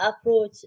approach